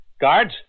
Guards